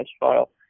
trial